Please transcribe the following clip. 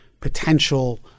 potential